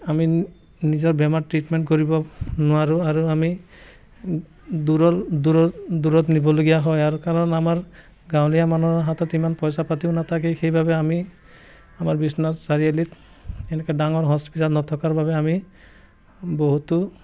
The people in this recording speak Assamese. আমি নিজৰ বেমাৰ ট্ৰিটমেণ্ট কৰিব নোৱাৰোঁ আৰু আমি দূৰত নিবলগীয়া হয় আৰু কাৰণ আমাৰ গাঁৱলীয়া মানুহৰ হাতত ইমান পইচা পাতিও নাথাকে সেইবাবে আমি আমাৰ বিশ্বনাথ চাৰিআলিত এনেকৈ ডাঙৰ হস্পিটেল নথকাৰ বাবে আমি বহুতো